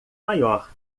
maior